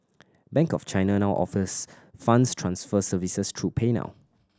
bank of China now offers funds transfer services through PayNow